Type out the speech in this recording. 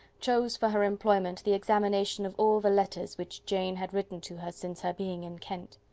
chose for her employment the examination of all the letters which jane had written to her since her being in kent.